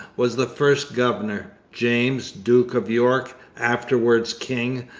was the first governor james, duke of york, afterwards king,